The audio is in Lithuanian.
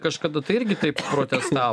kažkada tai irgi taip protestavo